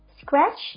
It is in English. scratch